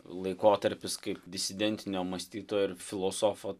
laikotarpis kaip disidentinio mąstytojo ir filosofo